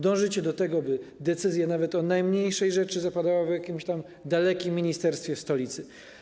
Dążycie do tego, by decyzja nawet o najmniejszej rzeczy zapadała w jakimś odległym ministerstwie w stolicy.